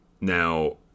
Now